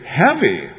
heavy